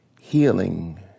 healing